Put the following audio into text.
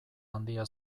handia